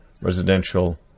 residential